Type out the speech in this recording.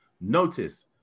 Notice